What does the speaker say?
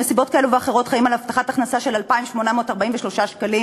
שמסיבות כאלו ואחרות חיים על הבטחת הכנסה של 2,843 שקלים,